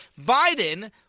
Biden